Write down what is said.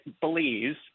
believes